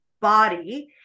body